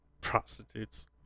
prostitutes